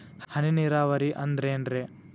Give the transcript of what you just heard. ಹನಿ ನೇರಾವರಿ ಅಂದ್ರೇನ್ರೇ?